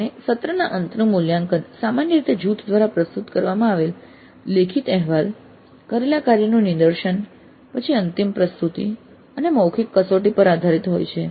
અને સત્ર ના અંતનું મૂલ્યાંકન સામાન્ય રીતે જૂથ દ્વારા પ્રસ્તુત કરવામાં આવેલ લેખિત અહેવાલ કરેલા કાર્યનું નિદર્શન પછી અંતિમ પ્રસ્તુતિ અને મૌખિક કસોટી પર આધારિત હોય છે